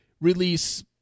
release